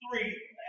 three